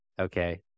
okay